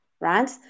Right